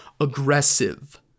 aggressive